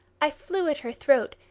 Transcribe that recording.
i flew at her throat,